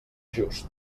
just